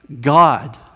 God